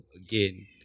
again